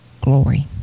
glory